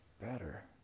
better